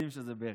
יודעים שזה ברל.